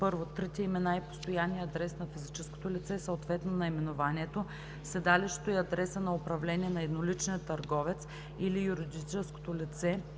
1. трите имена и постоянния адрес на физическото лице, съответно наименованието, седалището и адреса на управление на едноличния търговец или юридическото лице